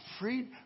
freed